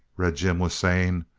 red jim was saying,